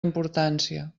importància